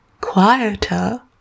Quieter